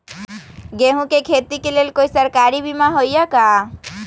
गेंहू के खेती के लेल कोइ सरकारी बीमा होईअ का?